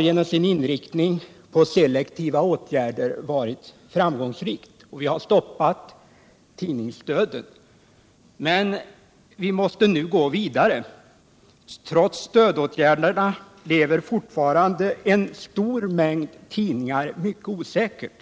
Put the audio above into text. genom sin inriktning på selektiva åtgärder har varit framgångsrikt och att vi har stoppat tidningsdöden, men vi måste nu gå vidare. Trots stödåtgärderna lever fortfarande en stor mängd tidningar mycket osäkert.